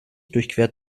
durchquert